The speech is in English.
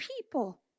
people